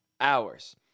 hours